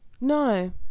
no